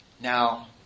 Now